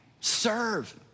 serve